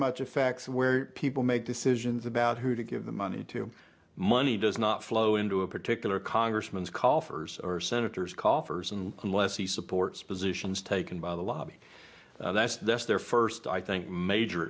much affects where people make decisions about who to give the money to money does not flow into a particular congressman's call for or senators coffers and less he supports positions taken by the lobby that's that's their first i think major